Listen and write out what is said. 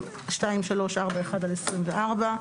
פ/2341/24,